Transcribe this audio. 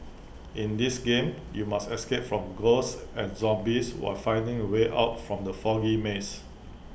in this game you must escape from ghosts and zombies while finding A way out from the foggy maze